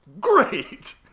Great